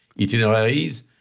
itineraries